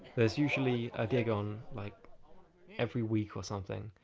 there's usually a gig on like every week or something.